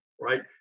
right